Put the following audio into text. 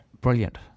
Brilliant